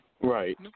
Right